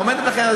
עומדת לכם הזכות,